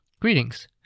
Greetings